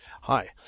Hi